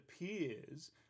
appears